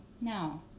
No